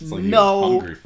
no